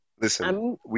Listen